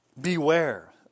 Beware